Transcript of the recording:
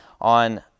on